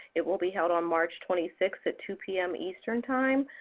it will be held on march twenty six at two p m. eastern time.